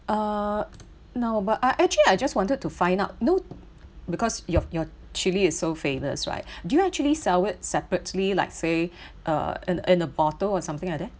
uh no but I actually I just wanted to find out you know because your your chili is so famous right do you actually sell it separately like say uh and in in a bottle or something like that